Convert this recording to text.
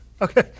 Okay